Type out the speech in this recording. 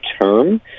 term